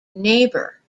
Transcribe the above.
neighbour